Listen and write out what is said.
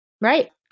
Right